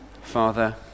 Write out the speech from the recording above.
Father